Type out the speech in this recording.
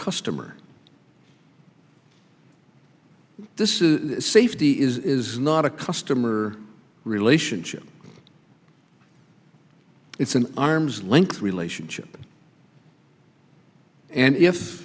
customer this is safety is not a customer relationship it's an arm's length relationship and if